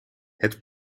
het